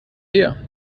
her